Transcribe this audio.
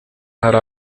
hari